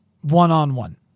one-on-one